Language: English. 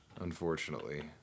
unfortunately